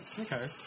Okay